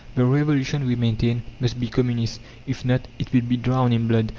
the revolution, we maintain, must be communist if not, it will be drowned in blood,